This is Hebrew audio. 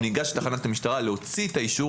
הוא ניגש לתחנת המשטרה להוציא את האישור